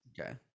Okay